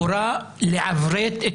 הורה לעברת את